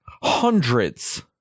hundreds